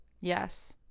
Yes